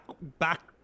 back